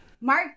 Mark